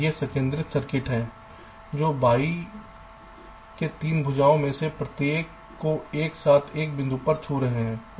ये संकेंद्रित सर्किट हैं जो वाई के 3 भुजाएं में से प्रत्येक प्रत्येक को एक साथ एक बिंदु पर छू रहे हैं